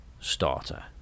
starter